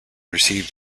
received